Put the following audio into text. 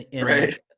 right